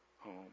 home